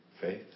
Faith